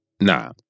Nah